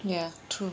ya true